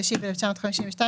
התשי"ב-1952,